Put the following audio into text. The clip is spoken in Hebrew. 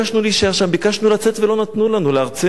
ביקשנו לצאת, ולא נתנו לנו, לארצנו ולמולדתנו,